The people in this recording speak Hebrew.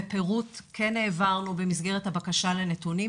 ופירוט כן העברנו במסגרת הבקשה לנתונים,